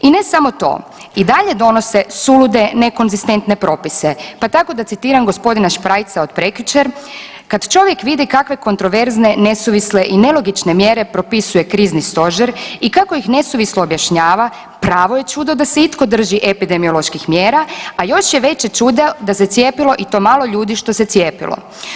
I ne samo to, i dalje donose sulude nekonzistentne propise, pa tako da citiram gospodina Šprajca od prekjučer, kad čovjek vidi kakve kontroverzne, nesuvisle i nelogične mjere propisuje krizni stožer i kako ih nesuvislo objašnjava pravo je čudo da se itko drži epidemioloških mjera, a još je veće čudo da se cijepilo i to malo ljudi što se cijepilo.